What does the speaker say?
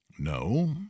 No